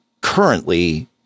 currently